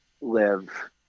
live